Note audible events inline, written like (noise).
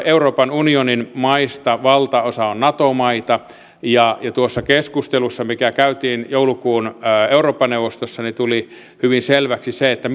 (unintelligible) euroopan unionin maista valtaosa on nato maita ja tuossa keskustelussa mikä käytiin joulukuun eurooppa neuvostossa tuli hyvin selväksi se että (unintelligible)